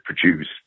produce